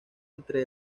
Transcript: entre